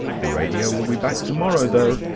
the radio will be back tomorrow though,